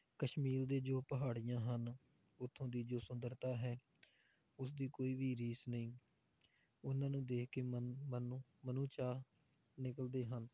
ਕਸ਼ਮੀਰ ਦੇ ਜੋ ਪਹਾੜੀਆਂ ਹਨ ਉੱਥੋਂ ਦੀ ਜੋ ਸੁੰਦਰਤਾ ਹੈ ਉਸ ਦੀ ਕੋਈ ਵੀ ਰੀਸ ਨਹੀਂ ਉਹਨਾਂ ਨੂੰ ਦੇਖ ਕੇ ਮਨ ਮਨ ਨੂੰ ਮਨੋ ਚਾਅ ਨਿਕਲਦੇ ਹਨ